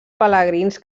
pelegrins